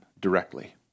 directly